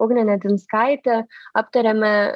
ugne nedzinskaite aptariame